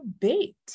bait